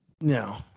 No